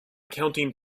counting